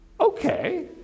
okay